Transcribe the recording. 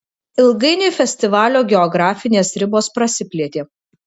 ilgainiui festivalio geografinės ribos prasiplėtė